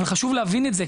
אבל חשוב להבין את זה,